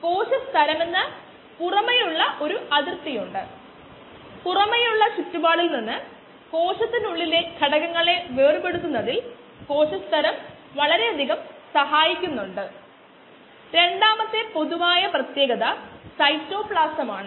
കോശ സാന്ദ്രതയുടെ വ്യത്യാസത്തിന്റെ നിരക്കിനെ വ്യാപ്തം കൊണ്ട് ഗുണിച്ചത് മാസ് സാന്ദ്രതയുടെ വ്യത്യാസത്തിന്റെ നിരക്കിന് തുല്യമാണ്